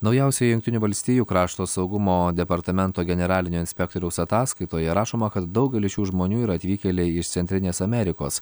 naujausioje jungtinių valstijų krašto saugumo departamento generalinio inspektoriaus ataskaitoje rašoma kad daugelis šių žmonių yra atvykėliai iš centrinės amerikos